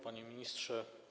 Panie Ministrze!